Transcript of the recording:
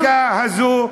הזעקה הזאת,